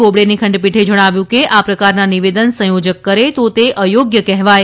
બોબડેની ખંડપીઠે જણાવ્યું કે આ પ્રકારનાં નિવેદન સંયોજક કરે તો તે અયોગ્ય કહેવાય